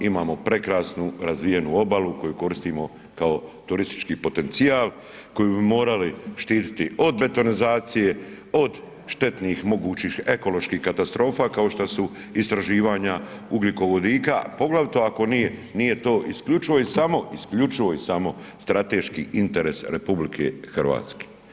Imamo prekrasnu razvijenu obalu koju koristimo kao turistički potencijal i koju bi morali štititi od betonizacije, od štetnih mogućih ekoloških katastrofa kao što su istraživanja ugljikovodika poglavito ako nije to isključivo i samo isključivo i samo strateški interes Republike Hrvatske.